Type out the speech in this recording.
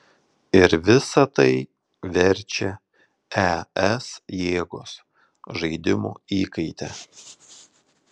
ir visa tai verčia es jėgos žaidimų įkaite